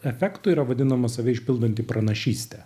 efektų yra vadinamas save išpildanti pranašystė